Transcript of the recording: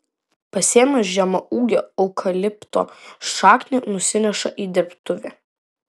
pasiėmęs žemaūgio eukalipto šaknį nusineša į dirbtuvę